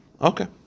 Okay